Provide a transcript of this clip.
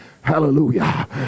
Hallelujah